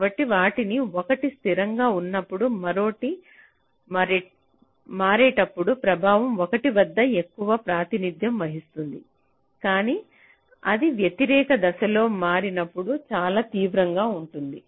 కాబట్టి వాటిలో ఒకటి స్థిరంగా ఉన్నప్పుడు మరొకటి మారేటప్పుడు ప్రభావం 1 వద్ద ఎక్కువ ప్రాతినిధ్యం వహిస్తుంది కాని అవి వ్యతిరేక దిశలో మారినప్పుడు చాలా తీవ్రంగా ఉంటుంది